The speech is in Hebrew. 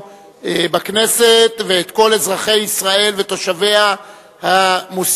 בכנסת ואת כל אזרחי ישראל ותושביה המוסלמים,